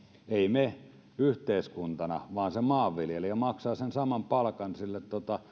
me yhteiskuntana vaan se maanviljelijä maksaa sen saman palkan sille